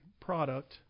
product